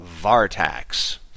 Vartax